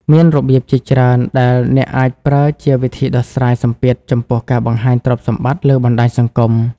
មានរបៀបជាច្រើនដែលអ្នកអាចប្រើជាវិធីដោះស្រាយសម្ពាធចំពោះការបង្ហាញទ្រព្យសម្បត្តិលើបណ្តាញសង្គម។